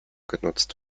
genutzt